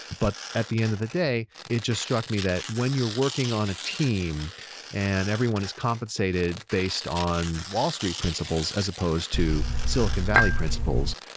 but at the end of the day, it just struck me that when you're working on a team and everyone is compensated based on wall street principles as supposed to silicon valley principles,